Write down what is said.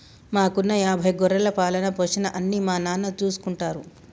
మాకున్న యాభై గొర్రెల పాలన, పోషణ అన్నీ మా నాన్న చూసుకుంటారు